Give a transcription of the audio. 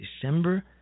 December